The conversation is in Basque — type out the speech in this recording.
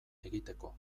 egiteko